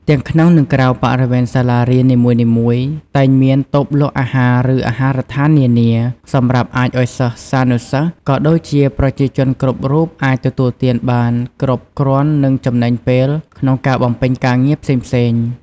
ទាំងក្នុងនិងក្រៅបរិវេនសាលារៀននីមួយៗ តែងមាន តូបលក់អាហារឫអាហារដ្ឋាននានា សម្រាប់អាចឱ្យសិស្សានុសិស្សក៏ដូចជាប្រជាជនគ្រប់រូបអាចទទួលទានបានគ្រប់គ្រាន់និងចំណេញពេលក្នុងការបំពេញការងារផ្សេងៗ។